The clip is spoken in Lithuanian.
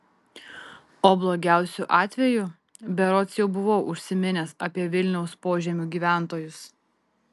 o blogiausiu atveju berods jau buvau užsiminęs apie vilniaus požemių gyventojus